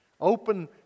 open